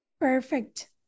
Perfect